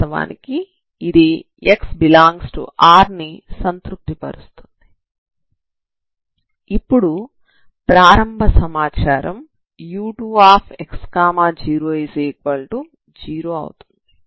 వాస్తవానికి ఇది x∈R ని సంతృప్తి పరుస్తుంది ఇప్పుడు ప్రారంభ సమాచారం u2x00 అవుతుంది